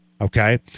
okay